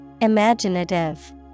Imaginative